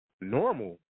normal